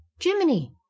Jiminy